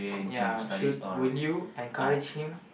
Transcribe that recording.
ya should will you encourage him